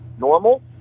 normal